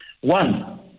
One